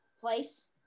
place